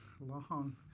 long